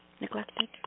neglected